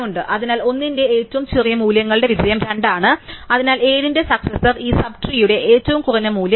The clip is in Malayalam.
അതിനാൽ 1 ന്റെ ഏറ്റവും ചെറിയ മൂല്യങ്ങളുടെ വിജയം 2 ആണ് അതിനാൽ 7 ന്റെ സക്സസാർ ഈ സബ് ട്രീയുടെ ഏറ്റവും കുറഞ്ഞ മൂല്യം 8